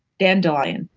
dandelion.